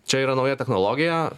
čia yra nauja technologija